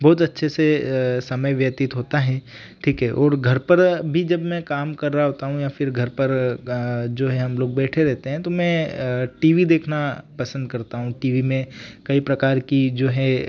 बहुत अच्छे से समय व्यतीत होता है ठीक है और घर पर भी जब मैं काम कर रहा होता हूँ या फिर घर पर जो है हम लोग बैठे रेहते हैं तो मैं टी वी देखना पसंद करता हूँ टी वी में कई प्रकार की जो है